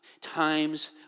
Times